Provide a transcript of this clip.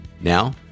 Now